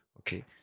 okay